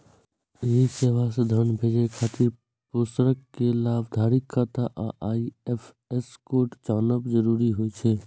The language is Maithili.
एहि सेवा सं धन भेजै खातिर प्रेषक कें लाभार्थीक खाता आ आई.एफ.एस कोड जानब जरूरी होइ छै